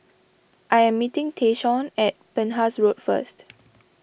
I am meeting Tayshaun at Penhas Road first